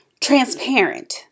transparent